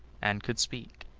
and could speak.